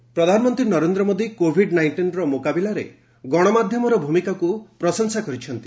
PM media ପ୍ରଧାନମନ୍ତ୍ରୀ Narendra Modi covid ନାଇଷ୍ଟିନ୍ର ମୁକାବିଲାରେ ଗଣମାଧ୍ୟମର ଭୂମିକାକୁ ପ୍ରଶଂସା କରିଛନ୍ତି